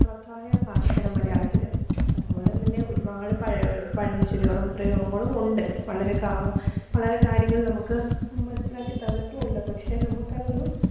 അർത്ഥവത്തായ ഭാഷയാണ് മലയാളത്തിൽ അതുപോലെ തന്നെ ഒരുപാട് പഴഞ്ചൊല്ലുകളും പ്രയോഗങ്ങളും ഉണ്ട് വളരെ കാ വളരെ കാര്യങ്ങൾ നമുക്ക് മനസ്സിലാക്കി തന്നിട്ടു ഉണ്ട് പക്ഷേ നമുക്ക് അതൊന്നും